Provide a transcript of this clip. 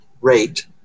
rate